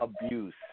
abuse